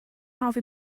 hoffi